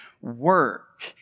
work